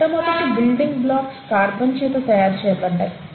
మొట్ట మొదటి building blocks carbon చేత తయారు చేయబడ్డాయి